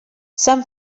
some